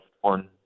one